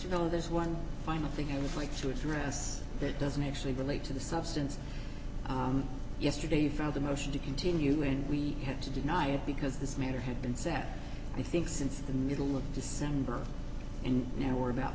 mr know there's one final thing i would like to address that doesn't actually relate to the substance of yesterday filed a motion to continue and we have to deny it because this matter had been set i think since the middle of december and now we're about